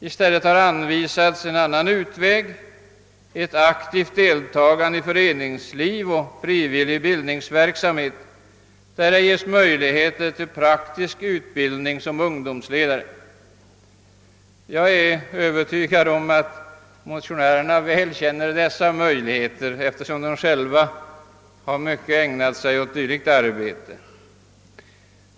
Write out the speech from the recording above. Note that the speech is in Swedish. I stället har en annan utväg anvisats: ett aktivt deltagande i föreningsliv och frivillig bildningsverksamhet, där det ges möjligheter till praktisk utbildning som ungdomsledare. Jag är övertygad om att motionärerna väl känner dessa möjligheter, eftersom de själva har ägnat sig mycket åt dylikt arbete.